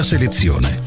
Selezione